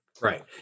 Right